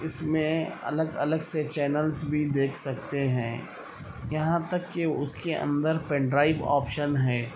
اس میں الگ الگ سے چینلس بھی دیکھ سکتے ہیں یہاں تک کہ اس کے اندر پین ڈرائیو آپشن ہے